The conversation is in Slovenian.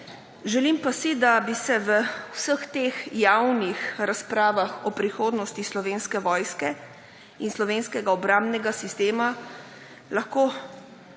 Želim pa si, da bi se v vseh teh javnih razpravah o prihodnosti Slovenske vojske in slovenskega obrambnega sistema lahko